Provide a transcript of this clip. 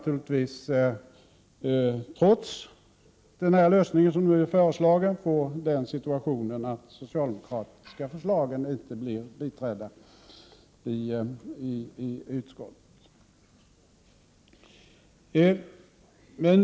Trots den lösning som nu är föreslagen kan alltså den situationen uppkomma att de socialdemokratiska förslagen inte blir biträdda i utskotten.